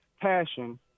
passion